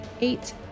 eight